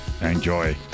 Enjoy